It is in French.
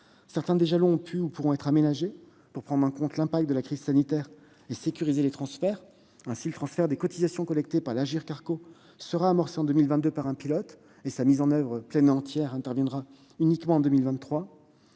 Certains de ces jalons ont pu ou pourront être aménagés, afin de tenir compte des effets de la crise sanitaire et de sécuriser les transferts. Ainsi, le transfert des cotisations collectées par l'Agirc-Arrco sera amorcé en 2022 par un pilote ; sa mise en oeuvre pleine et entière n'interviendra, quant à elle,